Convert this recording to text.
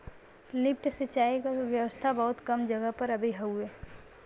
lift सिंचाई क व्यवस्था बहुत कम जगह पर अभी हउवे